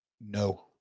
No